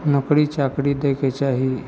नौकरी चाकरी दैके चाही